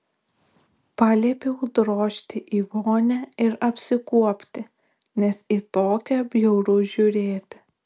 paliepiau drožti į vonią ir apsikuopti nes į tokią bjauru žiūrėti